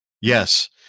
yes